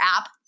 app